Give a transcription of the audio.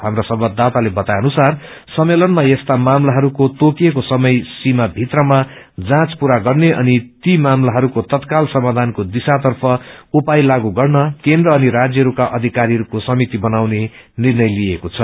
डाप्रा संवाददाताले बताए अनुसार सम्मेलनमा यस्ता मामलाइरूको तोकिएको समय सीमा भित्रमा जाँच पूरा गर्ने अनि ती मामलाइरूको तत्काल समाधानको दिशातर्फ उपाय लागू गर्न केन्द्र अनि राज्यहरूका अधिकारीहरूको समिति बनाउने निर्णय लिएको छ